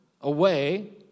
away